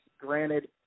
Granted